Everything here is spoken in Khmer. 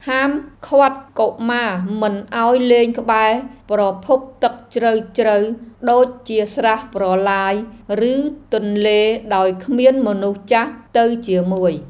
ហាមឃាត់កុមារមិនឱ្យលេងក្បែរប្រភពទឹកជ្រៅៗដូចជាស្រះ ប្រឡាយ ឬទន្លេដោយគ្មានមនុស្សចាស់ទៅជាមួយ។